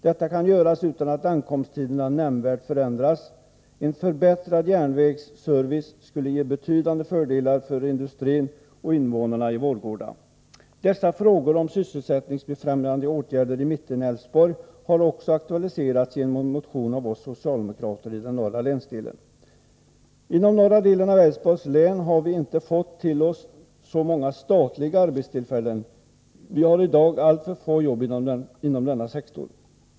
Detta kan ske utan att ankomsttiderna nämnvärt förändras. En förbättrad järnvägsservice skulle ge betydande fördelar för industrin och invånarna i Vårgårda. Dessa frågor om sysselsättningsbefrämjande åtgärder i mellersta Älvsborg har också aktualiserats genom en motion av oss socialdemokrater i den norra länsdelen. Inom norra delen av Älvsborgs län har vi inte fått så många statliga arbetstillfällen. Vi har i dag alltför få jobb inom denna sektor.